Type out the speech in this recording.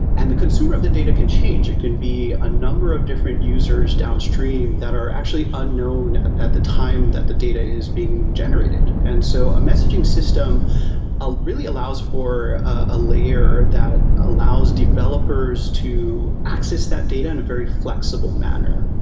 and the consumer of the data can change. it can be a number of different users downstream, that are actually unknown at the time that the data is being generated. and so a messaging system really allows for a layer that allows developers to access that data in a very flexible manner